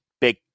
Big